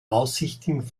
aussichten